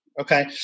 Okay